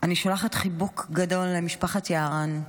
אני שולחת חיבוק גדול למשפחת יערן,